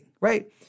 right